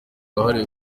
wahariwe